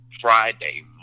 Friday